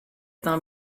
pin